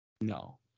No